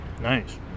Nice